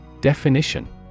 Definition